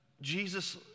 Jesus